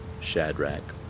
Shadrach